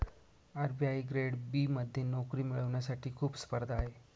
RBI grade B मध्ये नोकरी मिळवण्यासाठी खूप स्पर्धा आहे